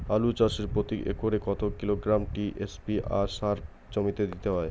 আলু চাষে প্রতি একরে কত কিলোগ্রাম টি.এস.পি সার জমিতে দিতে হয়?